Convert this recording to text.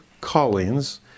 callings